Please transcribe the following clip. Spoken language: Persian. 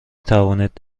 توانید